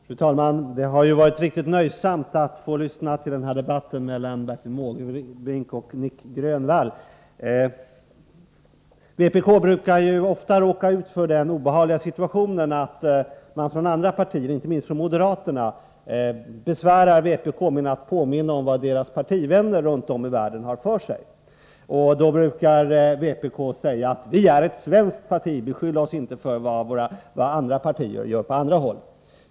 Fru talman! Det har varit riktigt nöjsamt att få lyssna till debatten mellan Bertil Måbrink och Nic Grönvall. Vpk brukar ofta råka ut för den obehagliga situationen att man från andra partier, inte minst från moderaterna, besvärar vpk med att påminna om vad deras partivänner runt om i världen har för sig. Då brukar vpk säga: Vi är ett svenskt parti — beskyll oss inte för vad andra partier gör på andra håll.